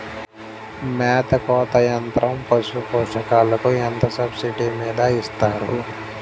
మేత కోత యంత్రం పశుపోషకాలకు ఎంత సబ్సిడీ మీద ఇస్తారు?